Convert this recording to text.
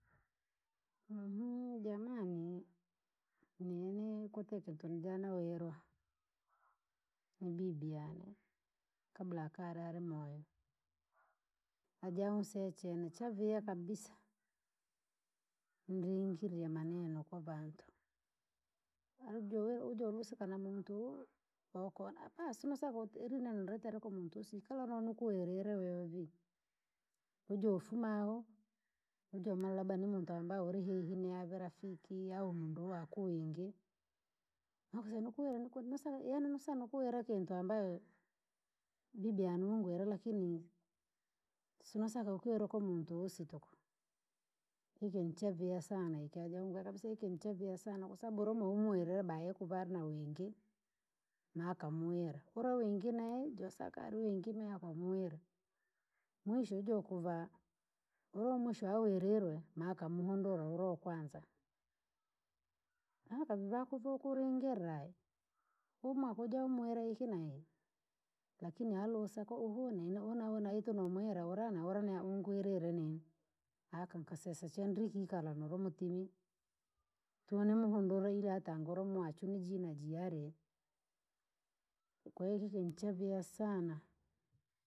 jamani nini kwatite kintu najanawirwa ni bibi yani kabla akari ari moyo. Ajaunseya chene chaviha kabisa ringiriya maneno kwa vantu. Fyaa wajowi wajolusika na muntu wewe wakana aka sinosaka in ineno naritere kwa muntu wosi ni wewe si nakuwirere. Wojofuma ahu wajolumaa labda ni muntu ambaye muri hehi rafiki au munduu waku wingi mawakasaya nikuwira ikuwira yani nosaa nakuwire kintu najanawirwa ni bibi yani lakini sinosaka wakamuwire muntu wosi hamuna kw sababu iki kintu chaviha sana kabisa iki kintu chaviha sana ka sababu ura wewamuwirire bayeye kuva ari na wingi maakamuwira ura wingi neye josaka ari wingi neye okomuwira mwisho yajukuva ura wamwisho awiririwe maakamwongorera ura wakwanza aka ivaku vakuringirira ayi uhu mwiyaku wajawamuwira iki na iki lakini alusa kwa uhu neye ura na uhu aketemu wira ura n aura neye anwirie nini aka nkaseya echee ndiri kikala mnoro mutimi kwa hiyo iki kintu chaviha sana.